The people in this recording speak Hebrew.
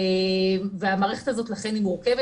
ולכן המערכת הזאת מורכבת.